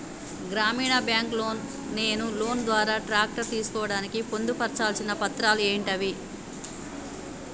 గ్రామీణ బ్యాంక్ లో నేను లోన్ ద్వారా ట్రాక్టర్ తీసుకోవడానికి పొందు పర్చాల్సిన పత్రాలు ఏంటివి?